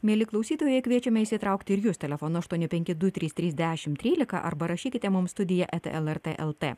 mieli klausytojai kviečiame įsitraukti ir jūs telefonu aštuoni penki du trys trys dešimt trylika arba rašykite mums studija eta lrt lt